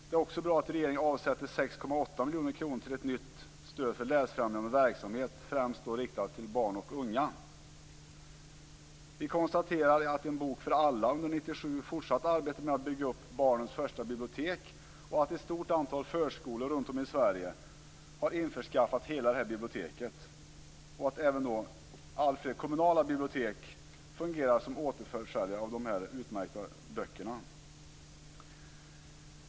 Det är också bra att regeringen avsätter 6,8 miljoner kronor till ett nytt stöd för länsfrämjande verksamhet, främst riktad till barn och unga. Vi konstaterar att En bok för alla under 1997 fortsatte arbetet med att bygga upp Barnens första bibliotek, och att ett stort antal förskolor runtom i Sverige har införskaffat hela detta bibliotek. Alltfler kommunala bibliotek fungerar som återförsäljare av dessa utmärkta böcker.